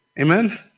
Amen